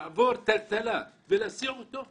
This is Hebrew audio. לעבור את התעלה ולהסיע אותם